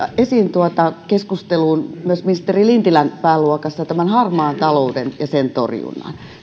haluaisin nostaa keskusteluun myös ministeri lintilän pääluokassa harmaan talouden ja sen torjunnan